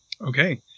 Okay